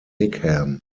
higham